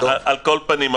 על כל פנים,